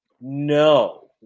no